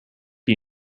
you